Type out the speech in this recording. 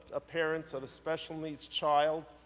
ah parents of a special needs child